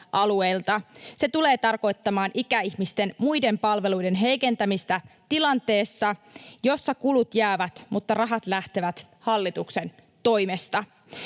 Se tulee tarkoittamaan ikäihmisten muiden palveluiden heikentämistä tilanteessa, jossa kulut jäävät mutta rahat lähtevät hallituksen toimesta.